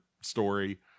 story